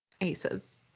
Aces